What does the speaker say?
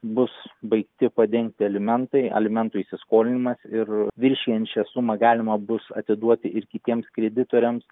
bus baigti padengti alimentai alimentų įsiskolinimas ir viršijančią sumą galima bus atiduoti ir kitiems kreditoriams